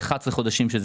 11 חודשים ב-2015,